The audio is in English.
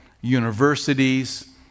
universities